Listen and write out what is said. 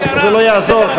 רק הערה לסדר ההצבעה.